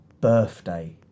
birthday